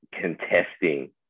contesting